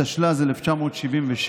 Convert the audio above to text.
התשל"ז 1977,